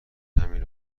همین